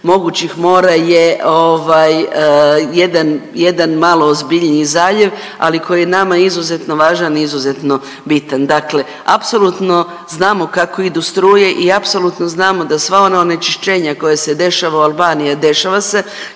mogućih mora je ovaj jedan, jedan malo ozbiljniji zaljev ali koji je nama izuzetno važan i izuzetno bitan. Dakle, apsolutno znamo kako idu struje i apsolutno znamo da sva ona onečišćenja koja se dešava u Albaniji, a dešava se